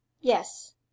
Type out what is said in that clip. yes